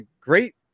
great